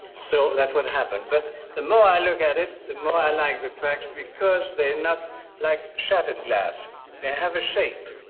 so that's what happened. but the more i look at it the more i like the cracks because they're not like shattered have a shape.